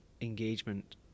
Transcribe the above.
engagement